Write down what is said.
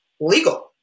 legal